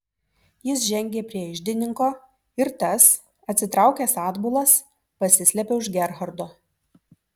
jis žengė prie iždininko ir tas atsitraukęs atbulas pasislėpė už gerhardo